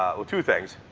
well, two things.